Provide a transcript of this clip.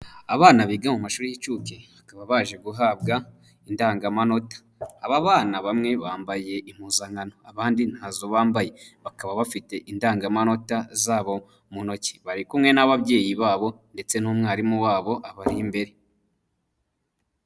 Abana biga mu mashuri y'inshuke bakaba baje guhabwa indangamanota. Aba bana bamwe bambaye impuzankano, abandi ntazo bambaye, bakaba bafite indangamanota zabo mu ntoki bari kumwe n'ababyeyi babo, ndetse n'umwarimu wabo abari imbere.